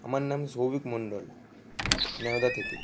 আমার নাম সৌভিক মণ্ডল নেওদা থেকে